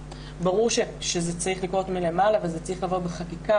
ברור שזה צריך לקרות מלמעלה וזה צריך לבוא בחקיקה,